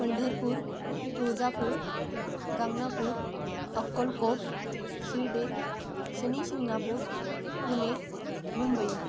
Pandharpur Tuljapur Ganagapur Akkalkot Shirdi Shani Shingnapur Pune Mumbai